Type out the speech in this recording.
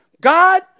God